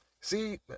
see